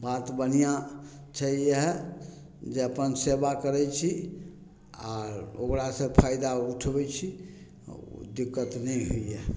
बात बढ़िआँ छै इएह जे अपन सेवा करय छी आर ओकरासँ फायदा उठबय छी दिक्कत नहि होइए